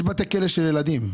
יש בתי כלא של ילדים.